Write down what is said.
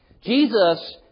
Jesus